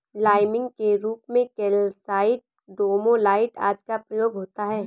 liming के रूप में कैल्साइट, डोमालाइट आदि का प्रयोग होता है